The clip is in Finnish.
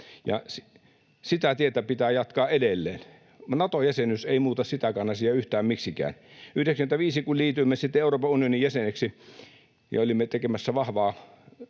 sitä tietä pitää jatkaa edelleen. Nato-jäsenyys ei muuta sitäkään asiaa yhtään miksikään. 95 liityimme sitten Euroopan unionin jäseneksi ja olimme tekemässä vahvaa